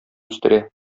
үстерә